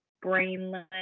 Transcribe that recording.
brainless